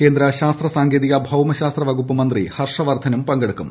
കേന്ദ്ര ശാസ്ത്ര സാങ്കേതിക ഭൌമ ശാസ്ത്ര വകുപ്പ് മന്ത്രി ഹർഷവർദ്ധനും പങ്കെടുക്കും